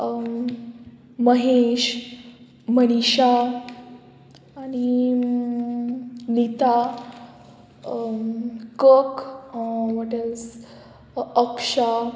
महेश मनीशा आनी नीता कक वॉटेल्स अक्षा